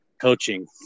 coaching